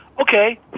okay